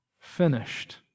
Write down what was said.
finished